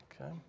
Okay